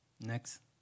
Next